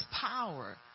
power